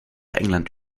england